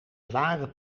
zware